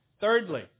Thirdly